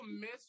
miss